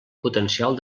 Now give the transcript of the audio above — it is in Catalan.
potencial